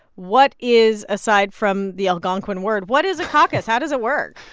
what is aside from the algonquin word, what is a caucus? how does it work?